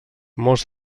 molts